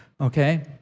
okay